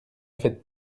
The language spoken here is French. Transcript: faites